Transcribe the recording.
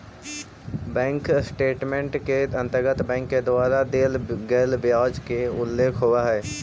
bank statement के अंतर्गत bank के द्वारा देल गेल ब्याज के उल्लेख होवऽ हइ